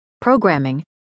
Programming